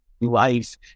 life